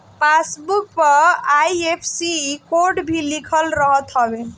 passbook पअ IFSC code भी लिखल रहत हवे